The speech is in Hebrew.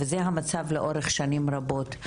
וזה המצב לאורך שנים רבות.